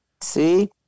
See